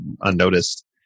unnoticed